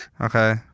Okay